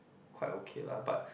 quite okay lah but